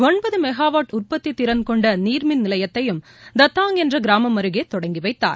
ஒன்பது மெகாவாட் உற்பத்தி திறன் கொண்ட நீாமின் நிலையத்தையும் தத்தாங் என்ற கிராமம் அருகே தொடங்கி வைத்தார்